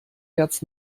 herz